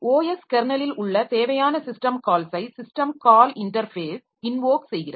OS கெர்னலில் உள்ள தேவையான சிஸ்டம் கால்ஸை சிஸ்டம் கால் இன்டர்ஃபேஸ் இன்வோக் செய்கிறது